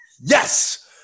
yes